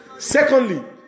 Secondly